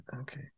Okay